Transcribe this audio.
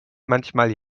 manchmal